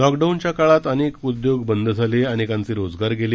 लॉकडाऊनच्या काळात अनेक उद्योग बंद झाले अनेकांचे रोजगार गेले